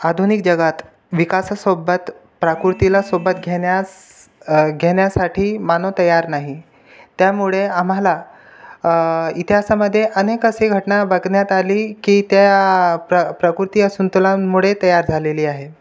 आधुनिक जगात विकासासोबत प्रकृतीला सोबत घेण्यास घेण्यासाठी मानव तयार नाही त्यामुळे आम्हाला इतिहासामध्ये अनेक असे घटना बघण्यात आली की त्या प्र प्रकृती असंतुलनमुळे तयार झालेली आहे